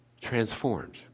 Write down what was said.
transformed